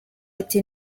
ati